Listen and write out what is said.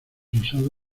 usado